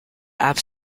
app